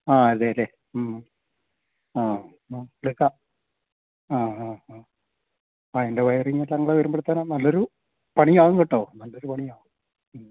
ആ അതെ അല്ലേ മ്മ് ആ അപ്പോള് എടുക്കാം ആ അ ഹാ അതിൻ്റെ വയറിങ്ങും എല്ലാംകൂടെ വരുമ്പോഴത്തേനും നല്ലൊരു പണിയാകും കേട്ടോ നല്ലൊരു പണിയാവും മ്മ്